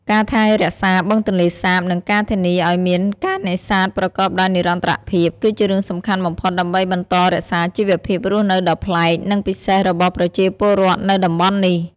ការថែរក្សាបឹងទន្លេសាប និងការធានាឱ្យមានការនេសាទប្រកបដោយនិរន្តរភាព គឺជារឿងសំខាន់បំផុតដើម្បីបន្តរក្សាជីវភាពរស់នៅដ៏ប្លែក និងពិសេសរបស់ប្រជាពលរដ្ឋនៅតំបន់នេះ។